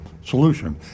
solution